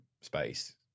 space